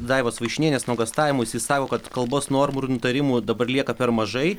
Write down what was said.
daivos vaišnienės nuogąstavimus ji sako kad kalbos normų ir nutarimų dabar lieka per mažai